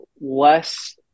less